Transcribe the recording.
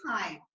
time